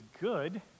good